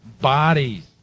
bodies